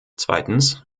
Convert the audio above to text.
zweitens